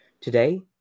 Today